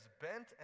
bent